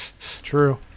True